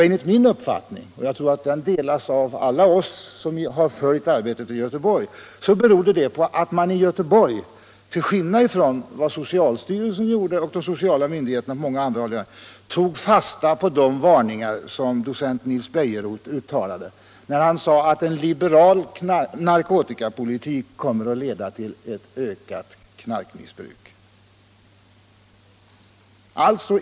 Enligt min uppfattning — och jag tror att den delas av alla oss som har följt arbetet i Göteborg — beror detta på att man i Göteborg, till skillnad från vad socialstyrelsen och många andra sociala myndigheter gjort, har tagit fasta på de varningar som docent Nils Bejerot uttalade när han sade att en liberal narkotikapolitik kommer att leda till ökat knarkmissbruk.